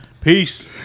peace